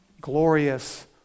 glorious